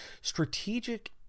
Strategic